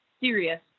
serious